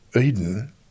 Eden